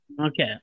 Okay